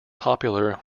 popular